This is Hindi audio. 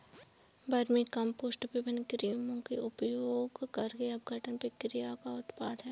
वर्मीकम्पोस्ट विभिन्न कृमियों का उपयोग करके अपघटन प्रक्रिया का उत्पाद है